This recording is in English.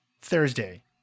Thursday